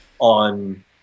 on